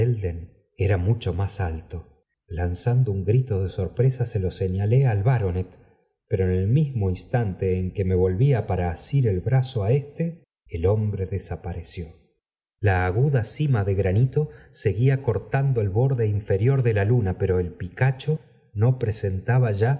era mucho más lt r l iw and un gl to de bor p resa lo señalé al barqpct pero en el mismo instante en que me volvía para asir el brazo á éste el hombre desapareció la ft uda cima de granito seguía cortando el borde inferior de la luna pero el picacho no presentaba ya